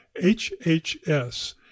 hhs